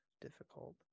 difficult